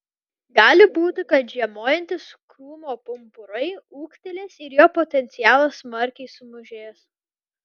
gali būti kad žiemojantys krūmo pumpurai ūgtelės ir jo potencialas smarkiai sumažės